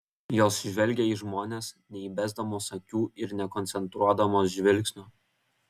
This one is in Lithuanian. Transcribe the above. jos žvelgia į žmones neįbesdamos akių ir nekoncentruodamos žvilgsnio